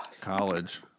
college